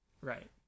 Right